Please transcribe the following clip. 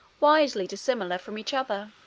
widely dissimilar from each other.